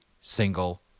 single